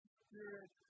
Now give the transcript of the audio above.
spirit